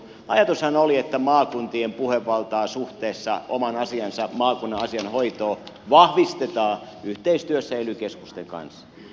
ajatushan oli että maakuntien puhevaltaa suhteessa oman asiansa maakunnan asian hoitoon vahvistetaan yhteistyössä ely keskusten kanssa